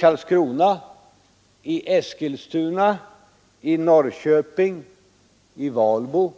Karlskrona, Eskilstuna, Norrköping och Valbo.